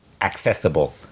accessible